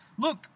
Look